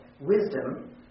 wisdom